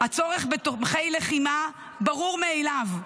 הצורך בתומכי לחימה ברור מאליו.